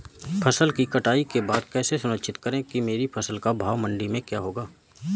फसल की कटाई के बाद कैसे सुनिश्चित करें कि मेरी फसल का भाव मंडी में क्या होगा?